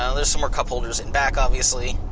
um there's some more cup holders in back obviously,